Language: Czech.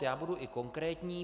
Já budu i konkrétní.